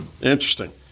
Interesting